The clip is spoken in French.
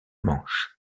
manche